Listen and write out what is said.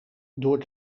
door